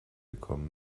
kommen